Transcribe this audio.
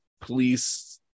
police